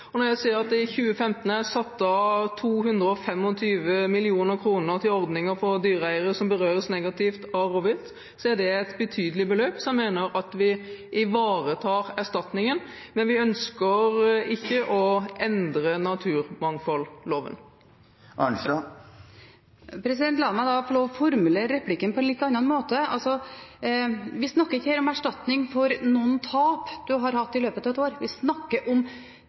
rovvilt. Når jeg sier at det i 2015 er satt av 225 mill. kr til ordninger for dyreeiere som berøres negativt av rovvilt, er det et betydelig beløp. Så jeg mener at vi ivaretar erstatningen. Men vi ønsker ikke å endre naturmangfoldloven. La meg da få lov til å formulere replikken på en litt annen måte. Altså: Vi snakker ikke her om erstatning for noen tap man har hatt i løpet av et år. Vi snakker om